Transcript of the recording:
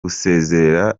gusezerera